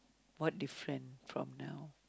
what different from now